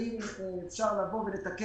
אי-אפשר לתת